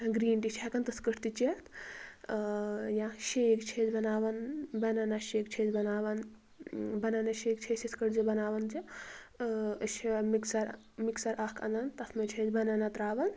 green tea چھِ ہیٚکان تِتھ کٲٹھۍ تہِ چیٚتھ ٲں یا شیک چھِ أسۍ بناوان بیٚنَنا شیک چھِ أسۍ بناوان بیٚنَنا شیک چھِ أسۍ یِتھ کٲٹھۍ زِ بناوان زِ ٲں أسۍ چھِ مِکسر مِکسر اکھ اَنن تتھ منٛز چھِ أسۍ بیٚنَنا ترٛاوان